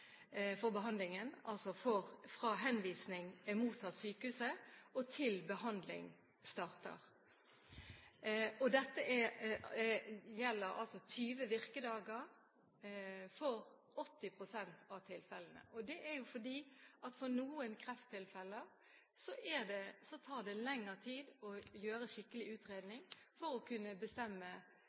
altså fra henvisning er mottatt av sykehuset, til behandling starter. Her gjelder 20 virkedager for 80 pst. av tilfellene, fordi det for noen krefttilfeller tar lengre tid å gjøre en skikkelig utredning for å kunne bestemme